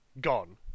gone